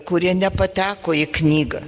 kurie nepateko į knygą